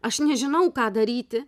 aš nežinau ką daryti